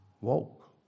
Woke